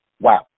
Wow